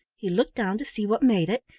he looked down to see what made it,